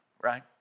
right